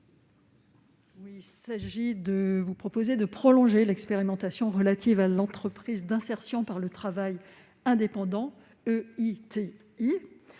nous vous proposons de prolonger l'expérimentation relative aux entreprises d'insertion par le travail indépendant (EITI).